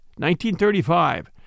1935